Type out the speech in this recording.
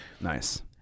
Nice